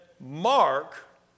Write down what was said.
Mark